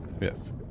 Yes